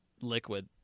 liquid